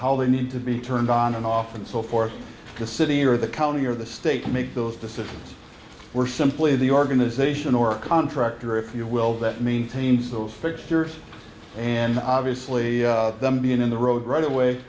how they need to be turned on and off and so forth the city or the county or the state can make those decisions were simply the organization or contractor if you will that maintains those fixtures and obviously them being in the road right away